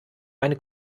meine